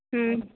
ᱦᱩᱸ